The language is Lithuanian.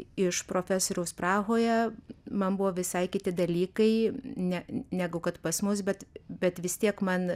iš profesoriaus prahoje man buvo visai kiti dalykai ne negu kad pas mus bet bet vis tiek man